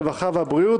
הרווחה והבריאות,